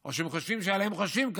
או שהם חושבים שחושבים עליהם ככה,